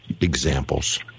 examples